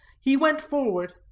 he went forward,